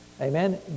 Amen